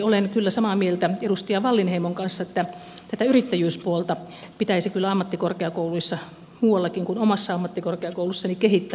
olen samaa mieltä edustaja wallinheimon kanssa että tätä yrittäjyyspuolta pitäisi kyllä ammattikorkeakouluissa muuallakin kuin omassa ammattikorkeakoulussani kehittää